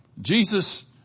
Jesus